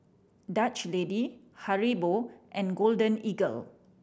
Dutch Lady Haribo and Golden Eagle